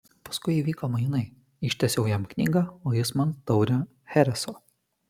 paskui įvyko mainai ištiesiau jam knygą o jis man taurę chereso